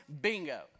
bingo